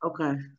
okay